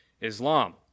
Islam